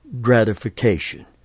gratification